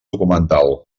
documental